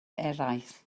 eraill